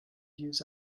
use